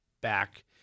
back